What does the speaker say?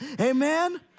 Amen